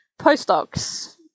postdocs